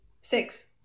Six